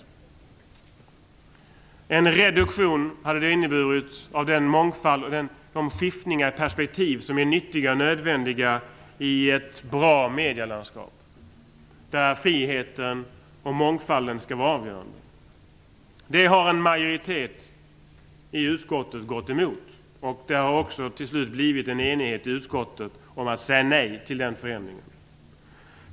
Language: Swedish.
Det hade inneburit en reduktion av den mångfald och de skiftningar av perspektiv som är nyttiga och nödvändiga i ett bra medielandskap, där friheten och mångfalden skall vara avgörande. Detta har en majoritet i utskottet gått emot. Det har till slut också blivit enighet i utskottet om att säga nej till en sådan förändring.